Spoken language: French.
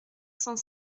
cent